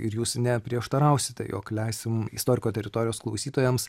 ir jūs neprieštarausite jog leisim istoriko teritorijos klausytojams